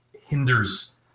hinders